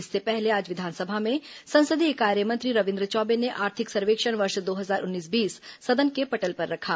इससे पहले आज विधानसभा में संसदीय कार्य मंत्री रविन्द्र चौबे ने आर्थिक सर्वेक्षण वर्ष दो हजार उन्नीस बीस सदन के पटल पर रखा